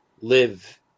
live